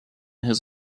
his